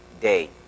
day